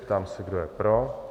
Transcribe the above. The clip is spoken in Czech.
Ptám se, kdo je pro.